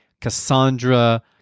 Cassandra